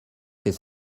fait